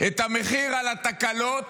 את המחיר על התקלות